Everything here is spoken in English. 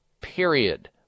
period